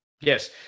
Yes